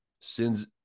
sin's